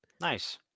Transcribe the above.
Nice